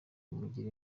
mungire